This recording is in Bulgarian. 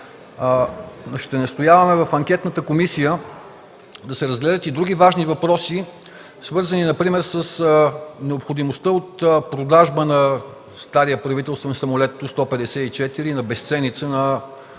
Временната анкетна комисия да се разгледат и други важни въпроси, свързани с необходимостта от продажба на стария правителствен самолет Ту-154 на безценица на